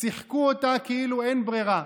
שיחקו אותה כאילו אין ברירה,